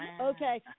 Okay